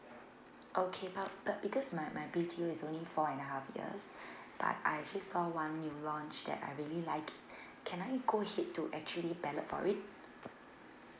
okay uh but because my my B_T_O is only four and a half years but I actually saw one new launch that I really like can I go ahead to actually ballot for if